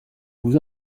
vous